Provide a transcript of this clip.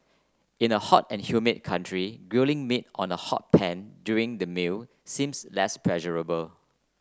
in a hot and humid country grilling meat on a hot pan during the meal seems less pleasurable